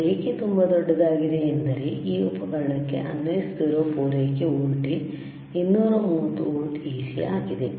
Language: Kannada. ಅದು ಏಕೆ ತುಂಬಾ ದೊಡ್ಡದಾಗಿದೆ ಎಂದರೆ ಈ ಉಪಕರಣಕ್ಕೆ ಅನ್ವಯಿಸುತ್ತಿರುವ ಪೂರೈಕೆ ವೋಲ್ಟೇಜ್ 230 ವೋಲ್ಟ್ AC ಆಗಿದೆ